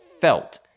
felt